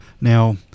Now